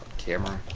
camera